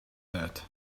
that